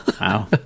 wow